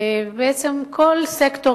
בעצם כל סקטור,